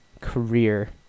career